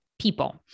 people